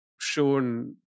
shown